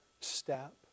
step